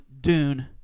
Dune